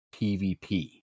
PvP